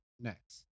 Next